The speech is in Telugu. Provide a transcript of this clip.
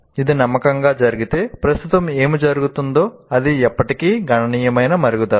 ఇది నమ్మకంగా జరిగితే ప్రస్తుతం ఏమి జరుగుతుందో అది ఇప్పటికే గణనీయమైన మెరుగుదల